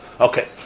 Okay